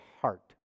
heart